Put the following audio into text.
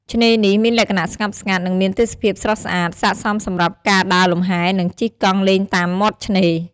ឆ្នេរនេះ មានលក្ខណៈស្ងប់ស្ងាត់ និងមានទេសភាពស្រស់ស្អាត ស័ក្តិសមសម្រាប់ការដើរលំហែ និងជិះកង់លេងតាមមាត់ឆ្នេរ។